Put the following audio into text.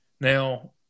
Now